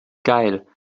geil